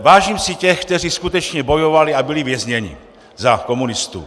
Vážím si těch, kteří skutečně bojovali a byli vězněni za komunistů.